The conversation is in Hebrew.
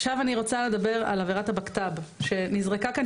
עכשיו אני רוצה לדבר על עבירת הבקת"ב שנזרקה כאן,